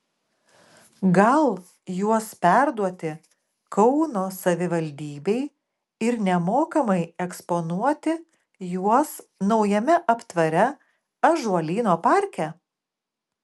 gal juos perduoti kauno savivaldybei ir nemokamai eksponuoti juos naujame aptvare ąžuolyno parke